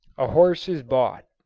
a horse is bought